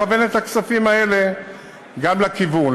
לכוון את הכספים האלה גם לכיוון.